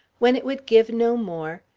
when it would give no more,